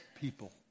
people